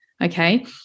Okay